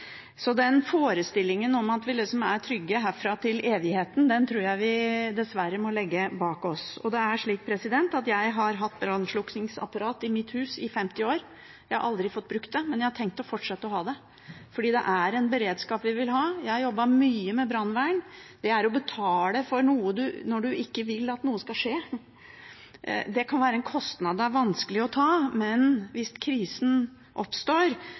Den forestillingen om at vi liksom er trygge herfra til evigheten, tror jeg vi dessverre må legge bak oss. Jeg har hatt brannslukningsapparat i mitt hus i 50 år. Jeg har aldri fått bruk for det, men jeg har tenkt å fortsette å ha det, for det er en beredskap vi vil ha. Jeg har jobbet mye med brannvern. Det er å betale for noe når du ikke vil at noe skal skje. Det kan være en kostnad det er vanskelig å ta, men hvis krisen oppstår,